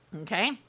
Okay